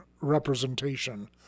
representation